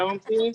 מצוין.